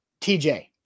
TJ